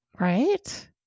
Right